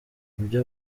ibyo